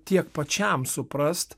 tiek pačiam suprast